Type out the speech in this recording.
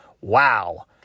wow